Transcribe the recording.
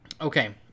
Okay